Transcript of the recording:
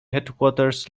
headquarters